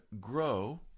grow